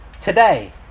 today